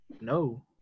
No